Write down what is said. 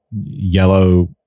yellow